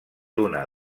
una